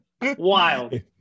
Wild